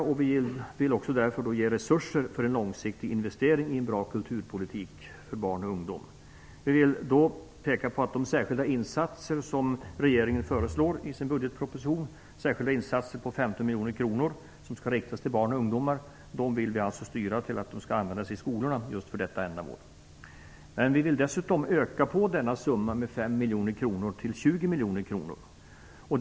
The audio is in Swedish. Vi vill därför också ge resurser för en långsiktig investering i en bra kulturpolitik för barn och ungdomar. Regeringen föreslår i sin budgetproposition att särskilda insatser om 15 miljoner kronor skall riktas till barn och ungdomar. Vi vill styra dessa pengar, så att de används i skolorna just för detta ändamål. Vi vill dessutom öka denna summa med 5 miljoner kronor, så att det blir 20 miljoner kronor.